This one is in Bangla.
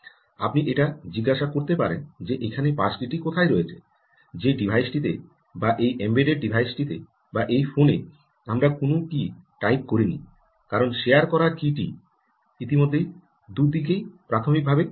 আপনি এইটা জিজ্ঞাসা করতে পারেন যে এখানে কী টি কোথায় রয়েছে যে ডিভাইসটিতে বা এই এমবেডেড ডিভাইসটিতে বা এই ফোনে আমরা কোনও কী টাইপ করিনি কারণ শেয়ার করা কী টি ইতিমধ্যে দুদিকেই প্রাথমিকভাবে তৈরি